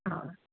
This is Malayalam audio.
ആ